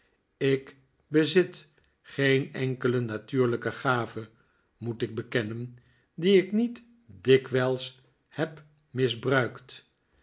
ik bezit geen enkele natuurlijke gave moet ik bekennen die ik niet dikwijls heb misbruikt